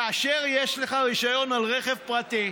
כאשר יש לך רישיון על רכב פרטי,